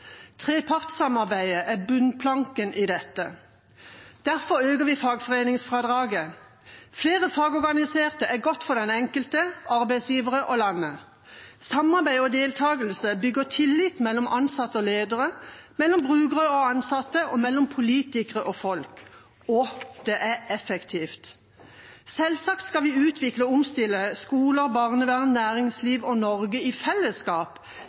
Trepartssamarbeidet er bunnplanken i dette. Derfor øker vi fagforeningsfradraget. Flere fagorganiserte er godt for den enkelte, arbeidsgivere og landet. Samarbeid og deltakelse bygger tillit mellom ansatte og ledere, mellom brukere og ansatte og mellom politikere og folk. Og det er effektivt. Selvsagt skal vi utvikle og omstille skoler, barnevern, næringsliv og Norge i fellesskap,